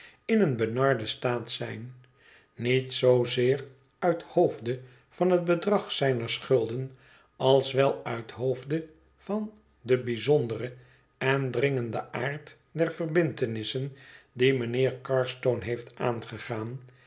in een benarden staat zijn niet zoozeer uit hoofde van het bedrag zijner schulden als wel uit hoofde van den bijzonderen en dringenden aard der verbintenissen die mijnheer carstone heeft aangegaan